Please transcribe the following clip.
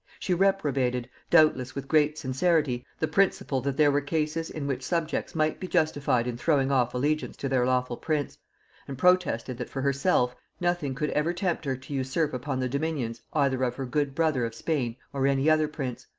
she reprobated, doubtless with great sincerity, the principle, that there were cases in which subjects might be justified in throwing off allegiance to their lawful prince and protested that, for herself, nothing could ever tempt her to usurp upon the dominions either of her good brother of spain or any other prince.